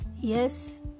yes